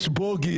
יש בוגי.